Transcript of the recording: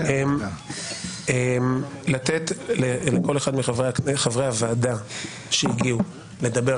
אני אתן לכל אחד מחברי הוועדה שהגיעו לדבר